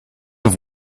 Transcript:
have